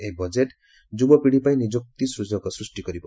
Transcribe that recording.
ଏହି ବଜେଟ୍ ଯୁବପିଢ଼ିପାଇଁ ନିଯୁକ୍ତି ସୃଷ୍ଟି କରିବ